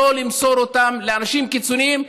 שלא למסור אותה לאנשים קיצונים,